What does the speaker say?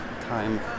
time